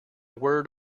word